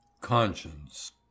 CONSCIENCE